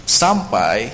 sampai